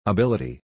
Ability